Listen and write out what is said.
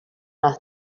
las